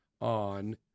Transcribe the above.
on